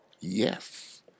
Yes